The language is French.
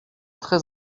très